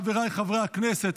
חבריי חברי הכנסת,